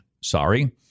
sorry